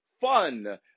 fun